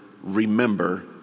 remember